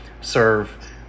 serve